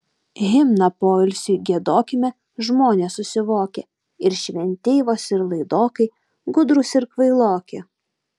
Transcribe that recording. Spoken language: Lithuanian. himną poilsiui giedokime žmonės susivokę ir šventeivos ir laidokai gudrūs ir kvailoki